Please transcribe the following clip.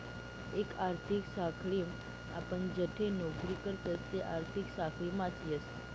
एक आर्थिक साखळीम आपण जठे नौकरी करतस ते आर्थिक साखळीमाच येस